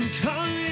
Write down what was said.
come